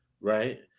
right